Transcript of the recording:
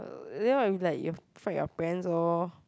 if like you fight your parents orh